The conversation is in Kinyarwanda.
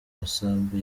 amasambu